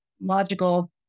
logical